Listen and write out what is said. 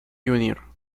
junior